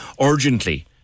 urgently